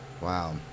wow